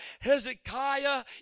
Hezekiah